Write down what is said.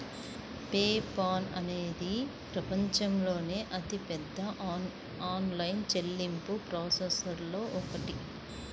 pay Paul అనేది ప్రపంచంలోని అతిపెద్ద ఆన్లైన్ చెల్లింపు ప్రాసెసర్లలో ఒకటి